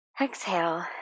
exhale